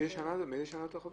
מאיזו שנה החוברת?